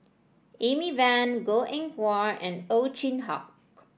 Amy Van Goh Eng Wah and Ow Chin Hock